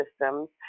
systems